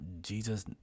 Jesus